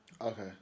okay